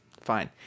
fine